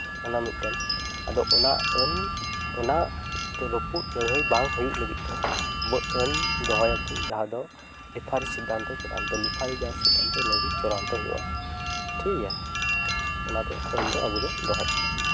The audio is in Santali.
ᱚᱱᱟ ᱢᱤᱫᱴᱮᱱ ᱟᱫᱚ ᱚᱱᱟ ᱟᱹᱱ ᱚᱱᱟ ᱨᱟᱹᱯᱩᱫ ᱞᱟᱹᱲᱦᱟᱹᱭ ᱵᱟᱝ ᱦᱩᱭᱩᱜ ᱞᱟᱹᱜᱤᱫ ᱛᱮ ᱚᱱᱟ ᱟᱹᱱ ᱫᱚᱦᱚᱭᱟᱵᱚᱱ ᱡᱟᱦᱟᱸ ᱫᱚ ᱨᱮᱯᱷᱟᱨᱤ ᱥᱤᱫᱽᱫᱷᱟᱱᱛᱚ ᱪᱩᱲᱟᱱᱛᱚ ᱨᱮᱯᱷᱟᱨᱤ ᱡᱟᱦᱟᱸ ᱥᱤᱫᱽᱫᱷᱟᱱᱛᱚᱭ ᱞᱟᱹᱭ ᱤᱱᱟᱹᱜᱮ ᱪᱩᱲᱟᱱᱛᱚ ᱦᱩᱭᱩᱜᱼᱟ ᱴᱷᱤᱠ ᱜᱮᱭᱟ ᱚᱱᱟᱛᱮ ᱟᱹᱱ ᱫᱚ ᱟᱵᱚ ᱫᱚ ᱫᱚᱦᱚᱭ